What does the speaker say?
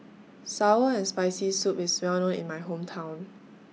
Sour and Spicy Soup IS Well known in My Hometown